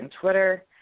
Twitter